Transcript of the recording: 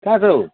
कहाँ छौ